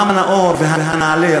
העם הנאור והנעלה,